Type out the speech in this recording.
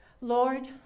Lord